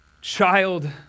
child